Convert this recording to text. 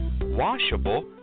washable